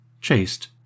chaste